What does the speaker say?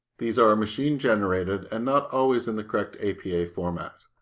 these are machine generated and not always in the correct apa format.